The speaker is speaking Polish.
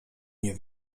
nie